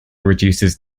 reduces